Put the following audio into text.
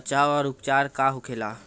बचाव व उपचार का होखेला?